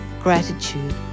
Gratitude